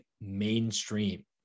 mainstream